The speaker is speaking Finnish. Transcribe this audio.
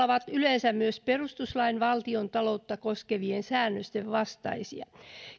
ovat yleensä myös perustuslain valtiontaloutta koskevien säännösten vastaisia